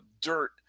dirt